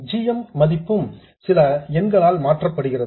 g m ன் மதிப்பும் சில எண்களால் மாற்றப்படுகிறது